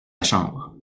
chambre